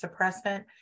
suppressant